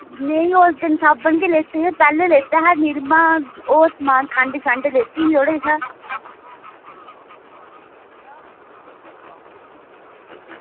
नेईं उस दिन साबन गै लैते हे पैह्लें लैता हा निरमा होर समान खंड लैती ही थुआढ़े कशा